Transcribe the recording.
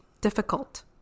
difficult